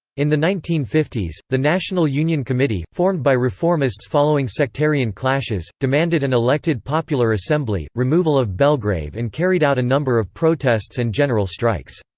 in the nineteen fifty s, the national union committee, formed by reformists following sectarian clashes, demanded an elected popular assembly, removal of belgrave and carried out a number of protests and general strikes.